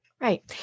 Right